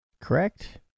correct